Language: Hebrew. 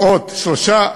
עוד 3,